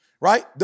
right